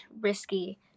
risky